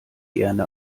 gerne